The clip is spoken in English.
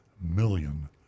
million